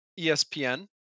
ESPN